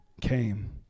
came